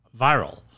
viral